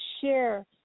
share